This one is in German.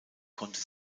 konnte